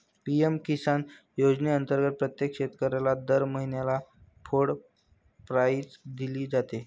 PM Kisan योजनेअंतर्गत प्रत्येक शेतकऱ्याला दर महिन्याला कोड प्राईज दिली जाते